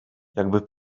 jakby